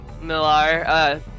Millar